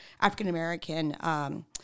African-American